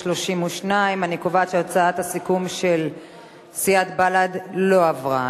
32. אני קובעת שהצעת הסיכום של סיעת בל"ד לא עברה.